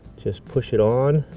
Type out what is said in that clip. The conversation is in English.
just push it on.